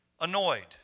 annoyed